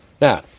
Now